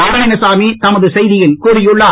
நாராயணசாமி தமது செய்தியில் கூறியுள்ளார்